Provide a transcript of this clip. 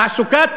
תעסוקת